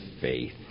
faith